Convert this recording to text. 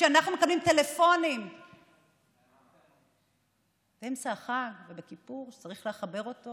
כשאנחנו מקבלים טלפונים באמצע החג ובכיפור שצריך לחבר אותו